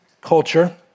culture